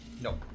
Nope